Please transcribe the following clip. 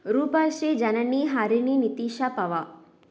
Roopashree Janani Harini Nithisha Bhava